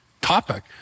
topic